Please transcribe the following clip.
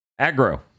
Aggro